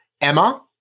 Emma